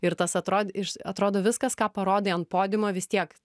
ir tas atrod iš atrodo viskas ką parodai ant podiumo vis tiek